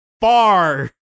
far